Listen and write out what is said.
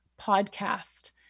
podcast